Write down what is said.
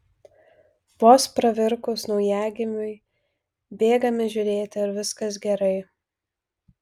vos pravirkus naujagimiui bėgame žiūrėti ar viskas gerai